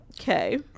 Okay